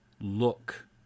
look